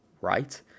right